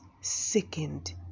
sickened